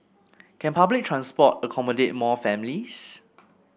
can public transport accommodate more families